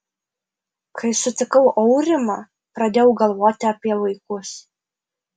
kai sutikau aurimą pradėjau galvoti apie vaikus